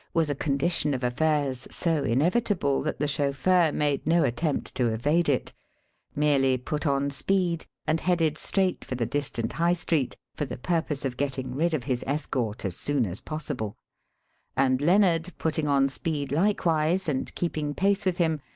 was a condition of affairs so inevitable that the chauffeur made no attempt to evade it merely put on speed and headed straight for the distant high street for the purpose of getting rid of his escort as soon as possible and lennard, putting on speed, likewise, and keeping pace with him,